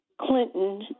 Clinton